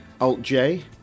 Alt-J